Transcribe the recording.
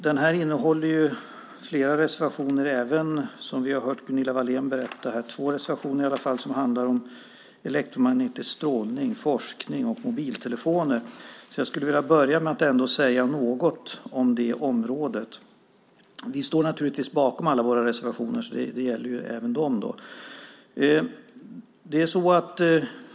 Betänkandet innehåller flera reservationer, bland annat, som vi har hört Gunilla Wahlén berätta, två reservationer som handlar om elektromagnetisk strålning, forskning och mobiltelefoner. Jag skulle vilja börja med att säga något om det området. Vi står naturligtvis bakom alla våra reservationer.